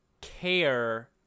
care